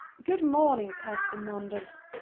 good morning, pastor manders.